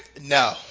No